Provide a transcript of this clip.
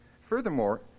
Furthermore